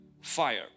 fire